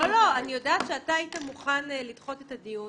אני יודעת שאתה היית מוכן לדחות את הדיון,